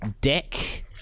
deck